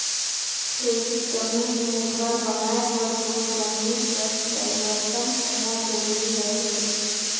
खेती जमीन मे घर बनाए बर तोर जमीन कर डाइवरसन होना जरूरी अहे